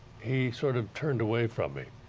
he sort of turned away from me.